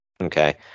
okay